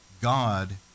God